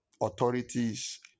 authorities